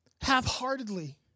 half-heartedly